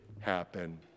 happen